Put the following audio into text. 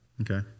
Okay